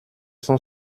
cent